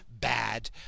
bad